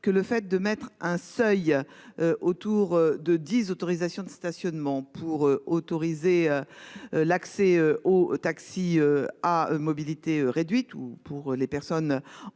que le fait de mettre un seuil. Autour de 10 autorisations de stationnement pour autoriser. L'accès aux taxis à mobilité réduite ou pour les personnes en fauteuil